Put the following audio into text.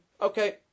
Okay